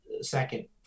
second